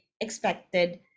expected